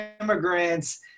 immigrants